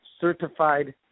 certified